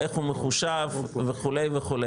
איך הוא מחושב וכו' וכו',